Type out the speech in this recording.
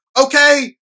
Okay